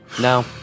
no